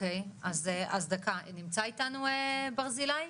אוקי אז דקה, נמצא איתנו ברזילי?